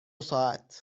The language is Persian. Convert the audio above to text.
ساعت